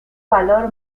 valor